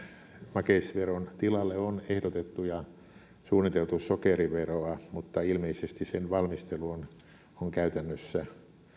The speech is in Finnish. makeisveron tilalle on ehdotettu ja suunniteltu sokeriveroa mutta ilmeisesti sen valmistelu on käytännössä